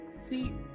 See